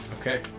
Okay